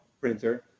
printer